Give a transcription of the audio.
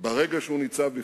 ברגע שהוא ניצב לפניהם,